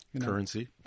Currency